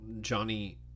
Johnny